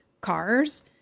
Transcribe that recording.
cars